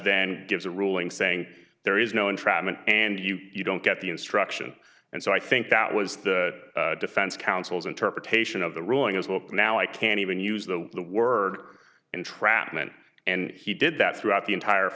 then gives a ruling saying there is no entrapment and you don't get the instruction and so i think that was the defense counsel's interpretation of the ruling is look now i can even use the word entrapment and he did that throughout the entire